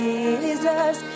Jesus